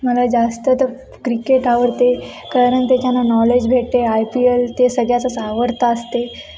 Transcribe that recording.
मला जास्त तर क्रिकेट आवडते कारण त्याच्यानं नॉलेज भेटते आय पी एल ते सगळ्यातच आवडतं असते